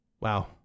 Wow